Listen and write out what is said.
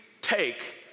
take